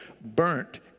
burnt